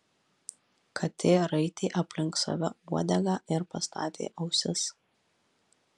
katė raitė aplink save uodegą ir pastatė ausis